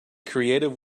creative